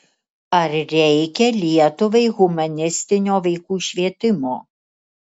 ar reikia lietuvai humanistinio vaikų švietimo